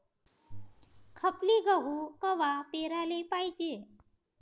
खपली गहू कवा पेराले पायजे?